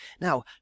Now